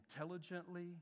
intelligently